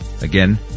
Again